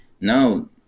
Now